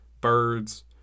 birds